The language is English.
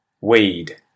weed